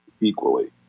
equally